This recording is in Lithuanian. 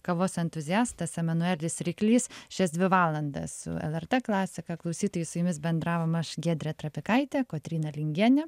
kavos entuziastas emanuelis ryklys šias dvi valandas lrt klasika klausytojai su jumis bendravom aš giedrė trapikaitė kotryna lingienė